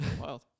Wild